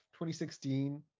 2016